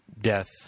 death